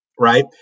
Right